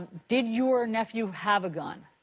did your nephew have a gun?